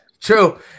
True